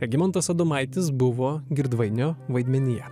regimantas adomaitis buvo girdvainio vaidmenyje